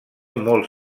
molt